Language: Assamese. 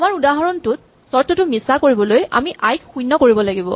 আমাৰ উদাহৰণটোত চৰ্তটো মিছা কৰিবলৈ আমি আই ক শূণ্য কৰিব লাগিব